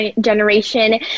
generation